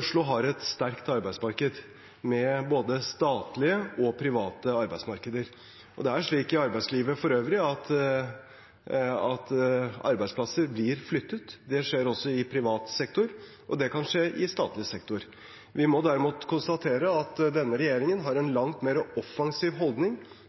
Oslo har et sterkt arbeidsmarked med både statlige og private arbeidsmarkeder, og det er slik i arbeidslivet for øvrig at arbeidsplasser blir flyttet. Det skjer i privat sektor, og det kan også skje i statlig sektor. Vi må derimot konstatere at denne regjeringen har en langt mer offensiv holdning